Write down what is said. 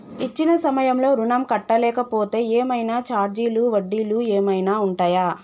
ఇచ్చిన సమయంలో ఋణం కట్టలేకపోతే ఏమైనా ఛార్జీలు వడ్డీలు ఏమైనా ఉంటయా?